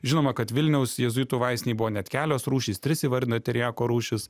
žinoma kad vilniaus jėzuitų vaistinėj buvo net kelios rūšys tris įvardina teriako rūšis